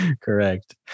Correct